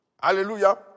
Hallelujah